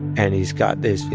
and he's got those, you